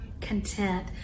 content